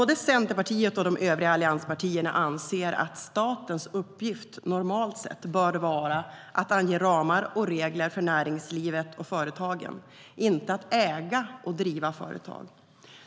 Både Centerpartiet och de övriga allianspartierna anser att statens uppgift normalt sett bör vara att ange ramar och regler för näringslivet och företagen, inte att äga och driva företag.